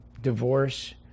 divorce